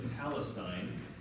Palestine